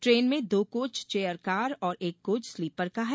train में दो coach chair car और एक कोच स्लीपर का है